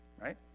right